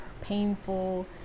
painful